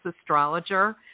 astrologer